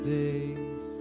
days